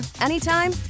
anytime